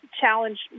challenge